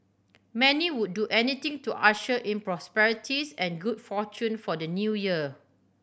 many would do anything to usher in prosperities and good fortune for the New Year